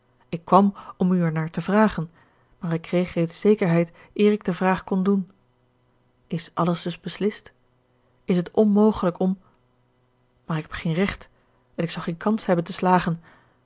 ik kwam om u ernaar te vragen maar ik kreeg reeds zekerheid eer ik de vraag kon doen is alles dus beslist is het onmogelijk om maar ik heb geen recht en ik zou geen kans hebben te slagen